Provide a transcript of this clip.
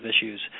issues